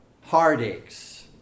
heartaches